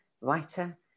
writer